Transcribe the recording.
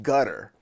Gutter